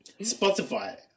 Spotify